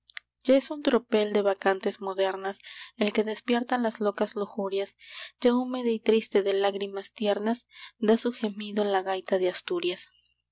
ya es un tropel de bacantes modernas el que despierta las locas lujurias ya húmeda y triste de lágrimas tiernas da su gemido la gaita de asturias